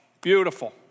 beautiful